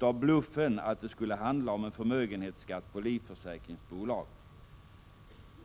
av bluffen att det skulle handla om en förmögenhetsskatt för livförsäkringsbolag.